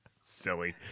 Silly